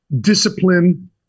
discipline